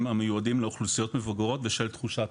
המיועדות לאוכלוסיות מבוגרים בשל תחושת